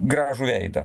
gražų veidą